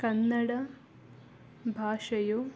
ಕನ್ನಡ ಭಾಷೆಯು